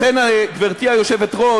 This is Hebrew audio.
לכן, גברתי היושבת-ראש,